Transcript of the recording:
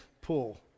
pool